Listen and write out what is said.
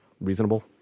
reasonable